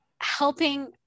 helping